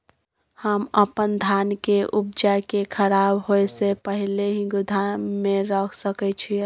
हम अपन धान के उपजा के खराब होय से पहिले ही गोदाम में रख सके छी?